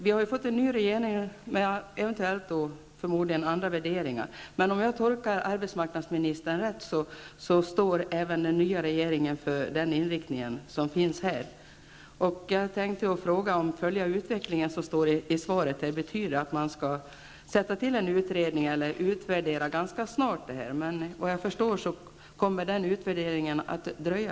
Vi har fått en ny regering med förmodligen andra värderingar, men om jag tolkar arbetsmarknadsministern rätt står även den nya regeringen för den inriktning som här angivits. Jag vill fråga: Betyder uttalandet i svaret om att arbetsmarknadsministern skall följa utvecklingen att man skall tillsätta en utredning eller ganska snart utvärdera detta? Såvitt jag förstår kommer den utredningen att dröja.